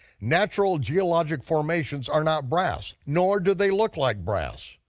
natural geologic formations are not brass, nor do they look like brass.